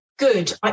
good